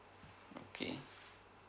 okay